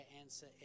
answer